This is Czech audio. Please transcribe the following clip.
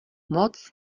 moc